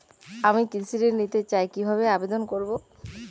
আমি কৃষি ঋণ নিতে চাই কি ভাবে আবেদন করব?